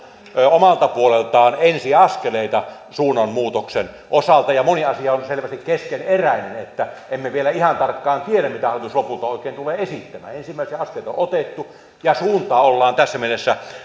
omalta puoleltaan ensiaskeleita suunnanmuutoksen osalta ja moni asia on selvästi keskeneräinen niin että emme vielä ihan tarkkaan tiedä mitä hallitus lopulta oikein tulee esittämään ensimmäisiä askeleita on otettu ja suuntaa ollaan tässä mielessä